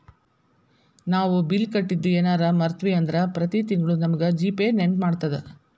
ನಾವು ಬಿಲ್ ಕಟ್ಟಿದ್ದು ಯೆನರ ಮರ್ತ್ವಿ ಅಂದ್ರ ಪ್ರತಿ ತಿಂಗ್ಳು ನಮಗ ಜಿ.ಪೇ ನೆನ್ಪ್ಮಾಡ್ತದ